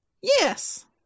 yes